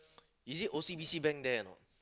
is it O_C_B_C bank there or not